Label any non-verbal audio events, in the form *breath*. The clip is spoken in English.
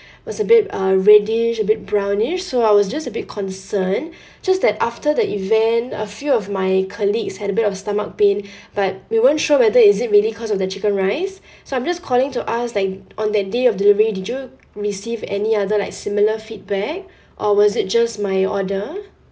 was a bit uh reddish a bit brownish so I was just a bit concern *breath* just that after the event a few of my colleagues had a bit of stomach pain *breath* but we weren't sure whether is it really cause of the chicken rice *breath* so I'm just calling to ask like on that day of delivery did you receive any other like similar feedback *breath* or was it just my order